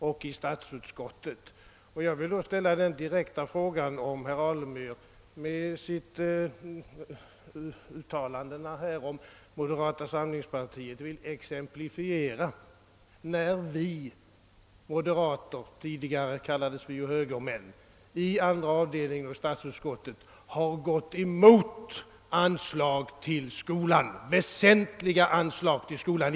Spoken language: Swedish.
Vill herr Alemyr med anledning av sina uttalanden om moderata samlingspartiet exemplifiera när vi moderater, tidigare kallades vi ju högermän, i statsutskottets andra avdelning gått emot väsentliga anslag till skolan.